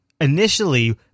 initially